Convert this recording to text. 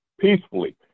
peacefully